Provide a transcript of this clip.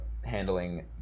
handling